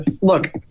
look